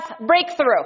breakthrough